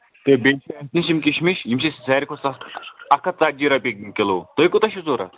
تہٕ بیٚیہِ چھِ کِشمِش یِم چھِ ساروی کھۄتہٕ سستہٕ اکھ ہَتھ ژَتجی رۄپیہِ کِلو تۄہہِ کوٗتاہ چھُو ضروٗرت